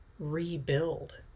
rebuild